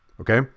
Okay